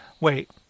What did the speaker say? Wait